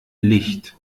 licht